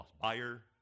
Buyer